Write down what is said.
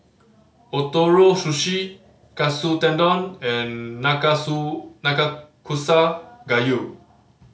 Ootoro Sushi Katsu Tendon and Nanakusa Gayu